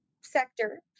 sector